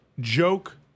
Joke